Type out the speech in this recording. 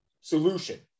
solution